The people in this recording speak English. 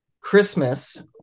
Christmas